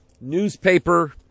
newspaper